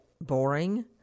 boring